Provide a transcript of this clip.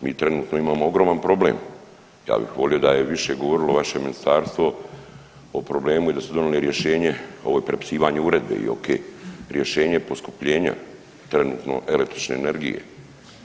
Mi trenutno imamo ogroman problem, ja bih volio da je više govorilo vaše ministarstvo o problemu i da ste donijeli rješenje, ovo je prepisivanje uredbe i oke, rješenje poskupljenja trenutno električne energije,